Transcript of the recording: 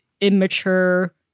immature